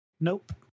Nope